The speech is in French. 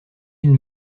une